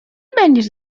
będziesz